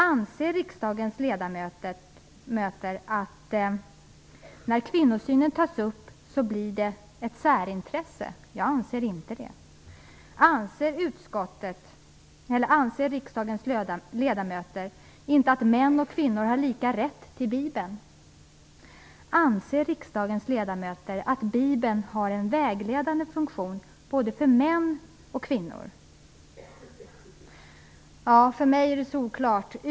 Anser riksdagens ledamöter att det blir ett särintresse när kvinnosynen tas upp? Jag anser inte det. Anser riksdagens ledamöter inte att män och kvinnor har lika rätt till bibeln? Anser riksdagens ledamöter att bibeln har en vägledande funktion både för män och kvinnor? För mig är det solklart.